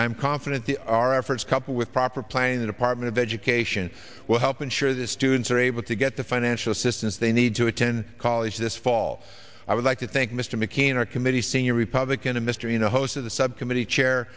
am confident the our efforts couple with proper planning the department of education will help ensure that students are able to get the financial assistance they need to attend college this fall i would like to thank mr mccain our committee senior republican a mystery and a host of the subcommittee chair